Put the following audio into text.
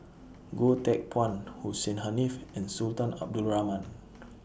Goh Teck Phuan Hussein Haniff and Sultan Abdul Rahman